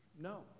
No